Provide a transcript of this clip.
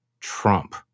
trump